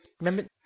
remember